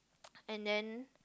and then